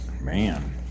man